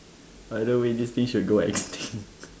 either way this thing should go extinct